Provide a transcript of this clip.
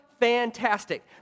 fantastic